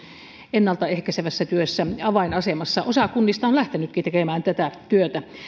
ennalta ehkäisevässä työssä avainasemassa osa kunnista on lähtenytkin tekemään tätä työtä